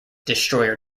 destroyer